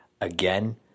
again